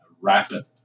Rapid